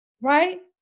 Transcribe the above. right